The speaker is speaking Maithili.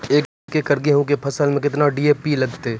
एक एकरऽ गेहूँ के फसल मे केतना डी.ए.पी लगतै?